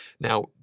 Now